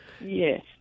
Yes